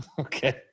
Okay